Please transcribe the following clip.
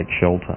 shelter